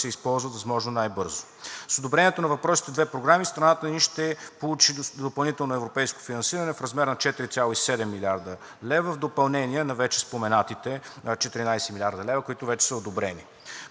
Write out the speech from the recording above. използват възможно най-бързо. С одобрението на въпросните две програми страната ни ще получи допълнително европейско финансиране в размер на 4,7 млрд. лв. в допълнение на вече споменатите 14 млрд. лв., които вече са одобрени.